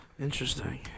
Interesting